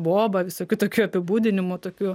boba visokių tokių apibūdinimų tokių